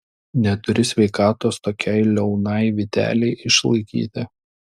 neturi sveikatos tokiai liaunai vytelei išlaikyti